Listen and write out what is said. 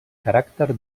caràcter